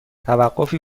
توقفی